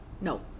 no